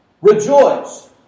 Rejoice